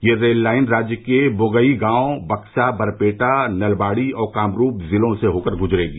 यह rail line राज्य के बोंगईगांव बक्सा बारपेटा नलवाड़ी और कामरूप जिलों से होकर गुजरेगी